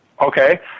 Okay